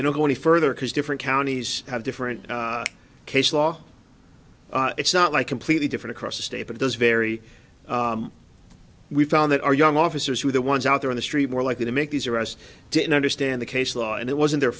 don't go any further because different counties have different case law it's not like completely different across the state but those very we've found that our young officers who are the ones out there on the street more likely to make these arrests didn't understand the case law and it wasn't the